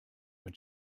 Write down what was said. when